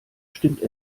stimmt